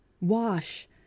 Wash